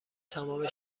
تمام